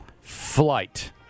flight